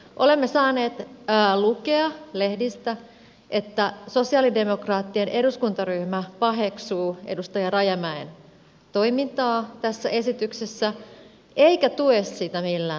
olemme saaneet lukea lehdistä että sosialidemokraattien eduskuntaryhmä paheksuu edustaja rajamäen toimintaa tässä esityksessä eikä tue sitä millään tavalla